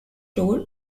tour